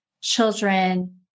children